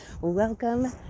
Welcome